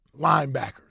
linebackers